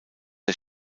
der